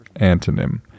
antonym